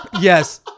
yes